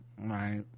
right